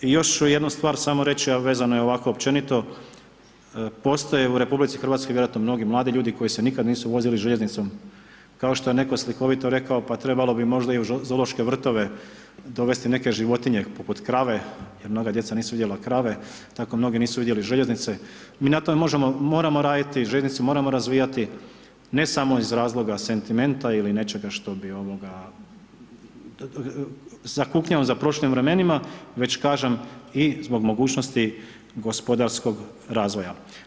Još ću jednu stvar samo reći a vezano je ovako općenito, postoje u RH vjerojatno mnogi mladi ljudi koji se nikad nisu vozili željeznicom, kao što je netko slikovito rekao, pa trebalo bi možda i u zoološke vrtove dovesti neke životinje poput krave jer mnoga djeca nisu vidjela krave tako mnogi nisu vidjeli željeznice, mi na tome moramo raditi, željeznice moramo razvijati ne samo iz razloga sentimenta ili nečega što bi zakuknjao za prošlim vremenima već kažem i zbog mogućnosti gospodarskog razvoja.